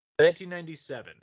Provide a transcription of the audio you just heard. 1997